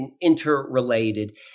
interrelated